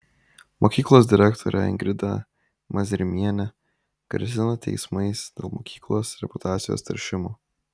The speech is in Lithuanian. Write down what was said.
mokyklos direktorė ingrida mazrimienė grasina teismais dėl mokyklos reputacijos teršimo